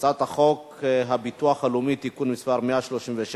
הצעת חוק הביטוח הלאומי (תיקון מס' 136)